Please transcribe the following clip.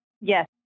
Yes